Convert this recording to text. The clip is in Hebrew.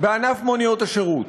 בענף מוניות השירות.